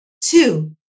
Two